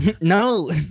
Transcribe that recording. No